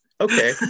okay